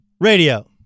Radio